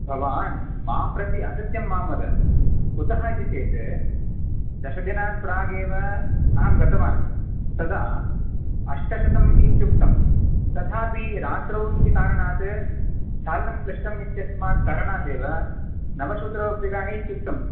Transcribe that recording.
भवान् मां प्रति असत्यं मा वद कुतः इति चेत् दशदिनात् प्रागेव अहं गतवान् तदा अष्टशतम् इत्युक्तम् तथापि रात्रौ इति कारणात् चालनं क्लिष्टम् इत्यस्मात् कारणादेव नवशत रूप्यकाणि इत्युक्तम्